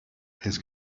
his